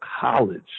college